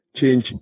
change